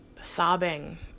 sobbing